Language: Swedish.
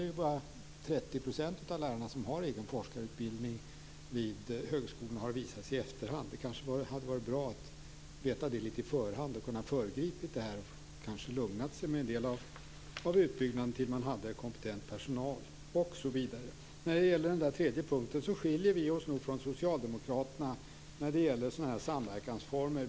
Det är det bara 30 % av lärarna vid högskolorna som har egen forskarutbildning, har det visat sig i efterhand. Det kanske hade varit bra att veta det litet i förhand. Man borde kanske ha lugnat sig med en del av utbyggnaden till dess man hade kompetens personal, osv. I fråga om den tredje punkten skiljer vi miljöpartister oss från socialdemokraterna när det gäller samverkansformer.